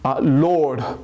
Lord